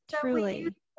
truly